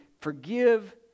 forgive